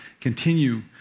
continue